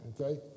Okay